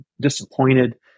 disappointed